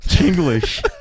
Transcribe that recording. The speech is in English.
english